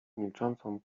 milczącą